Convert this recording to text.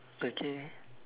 okay